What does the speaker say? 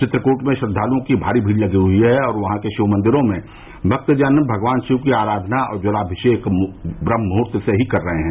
चित्रकूट में श्रद्वालुओं की भारी भीड़ लगी हुई है और वहां के शिवमंदिरों में भक्तजन भगवान शिव की अराधना और जलाभिषेक ब्रन्हमुहूर्त से ही कर रहे हैं